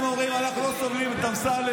הם אומרים: אנחנו לא סובלים את אמסלם,